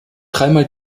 dreimal